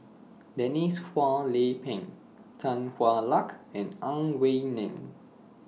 Denise Phua Lay Peng Tan Hwa Luck and Ang Wei Neng